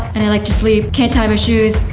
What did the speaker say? and i like to sleep. can't tie my shoes,